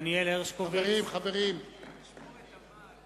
דניאל הרשקוביץ, נגד